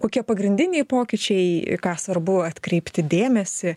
kokie pagrindiniai pokyčiai ką svarbu atkreipti dėmesį